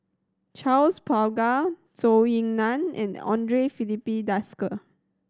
Charles Paglar Zhou Ying Nan and Andre Filipe Desker